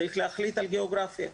צריך להחליט על גיאוגרפיה,